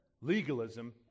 legalism